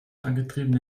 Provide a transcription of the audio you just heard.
angetriebene